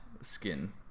skin